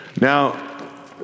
Now